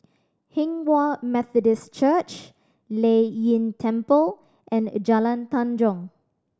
Hinghwa Methodist Church Lei Yin Temple and Jalan Tanjong